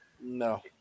No